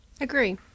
Agree